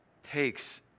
takes